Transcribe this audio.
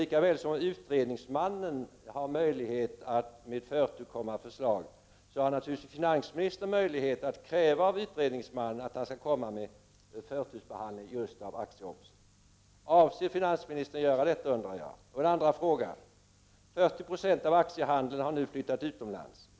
Lika väl som utredningsmannen har möjlighet att med förtur komma med förslag, har finansministern naturligtvis möjlighet att kräva av utredningsmannen att han skall förtursbehandla just frågan om omsättningsskatten på aktier. Jag undrar om finansministern avser att göra detta. 40 90 av aktiehandeln har nu flyttat utomlands.